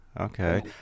Okay